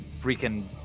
freaking